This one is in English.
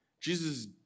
Jesus